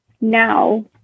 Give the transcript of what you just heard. now